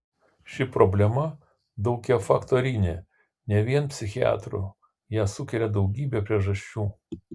ši problema daugiafaktorinė ne vien psichiatrų ją sukelia daugybė priežasčių